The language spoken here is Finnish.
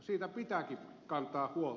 siitä pitääkin kantaa huolta